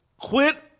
Quit